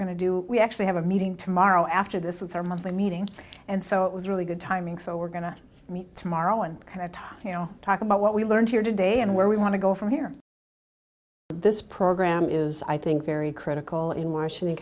going to do we actually have a meeting tomorrow after this it's our monthly meeting and so it was really good timing so we're going to meet tomorrow and kind of top you know talk about what we learned here today and where we want to go from here this program is i think very critical in washington